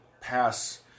pass